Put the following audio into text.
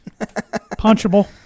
Punchable